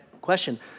question